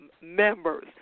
members